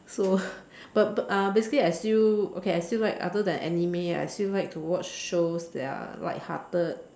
so but but uh basically I still okay I still like other than anime I still like to watch shows that are lighthearted